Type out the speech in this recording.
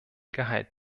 gehalt